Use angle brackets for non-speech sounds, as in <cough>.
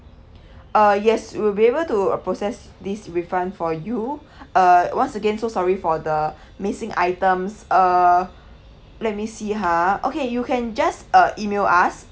<breath> uh yes we'll be able to process this refund for you <breath> uh once again so sorry for the <breath> missing items uh let me see ha okay you can just uh email us